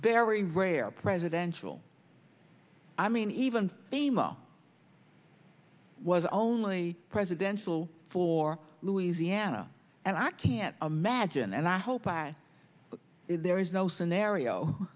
very rare presidential i mean even a mile was only presidential for louisiana and i can't imagine and i hope i there is no scenario